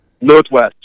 Northwest